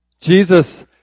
Jesus